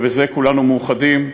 ובזה כולנו מאוחדים,